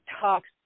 talks